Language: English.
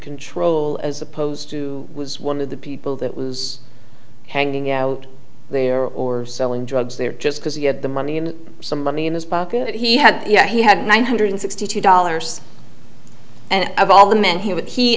control as opposed to was one of the people that was hanging out there or selling drugs there just because he had the money and some money in his pocket he had he had one hundred sixty two dollars and of all the men he w